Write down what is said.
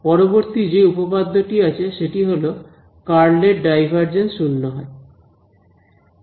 পরবর্তী যে উপপাদ্যটি আছে সেটি হল কার্ল এর ডাইভারজেন্স শূন্য হয় ∇∇× A→ 0